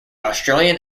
australian